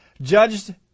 judged